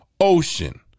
Ocean